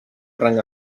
rang